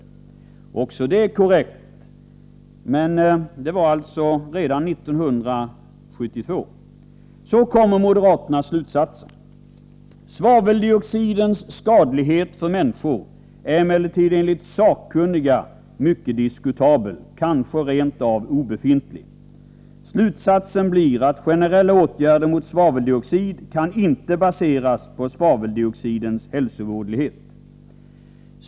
Också detta är korrekt. Men det var alltså redan 1972. Så kommer moderaternas slutsats: svaveldioxidens skadlighet för människor är emellertid enligt sakkunniga mycket diskutabel, kanske rent av obefintlig. Slutsatsen är att generella åtgärder mot svaveldioxid inte kan baseras på svaveldioxidens hälsovådlighet.